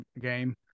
game